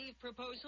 proposal